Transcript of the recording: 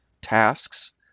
tasks